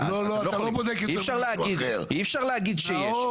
אי אפשר להגיד שיש.